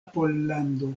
pollando